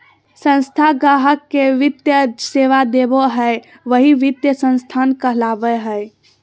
संस्था गाहक़ के वित्तीय सेवा देबो हय वही वित्तीय संस्थान कहलावय हय